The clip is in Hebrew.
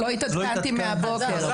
לא התעדכנתי מהבוקר.